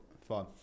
fine